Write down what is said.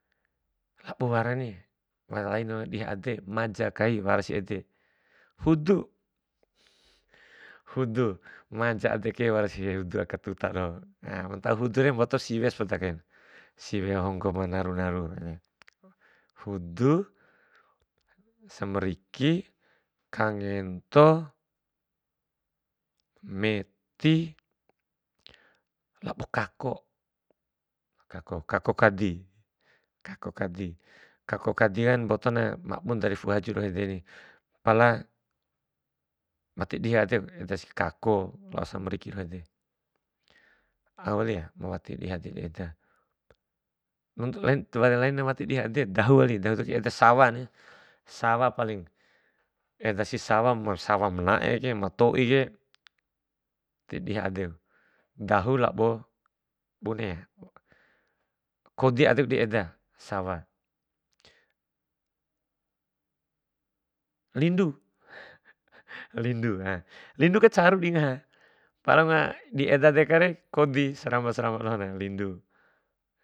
Labo warani, ma malain dihi ade, maja kai warasi ede, hudu, hudu, maja adeke warasi hudu aka tota dohom. Nah mantau hudure mboto siwe sepoda kain, siwe ma honggo naru naru. Hudu, samariki, kangento, meti, labo kako, kako kako kadi, kako kadi, kako kadiren mbotona mabun dari fu'u haju dohoren, pala wati dihi kai adeku edas kako lao samariki doho ede. Au wali ya ma wati dihi adeku eda. Nuntu lain tiwara lain wati dihi adek, dahu wali, dahu di eda sawa ni, sawa paling, edasi sawa ma manaeke ma toike, tidihi adem, dahu labo buneya, kodi adeku di eda sawa. Lindu lindu ha lindu ka caru di ngaha, pala wunga dieda dekare kodi seramba seramba dohore, lindu.